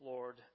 Lord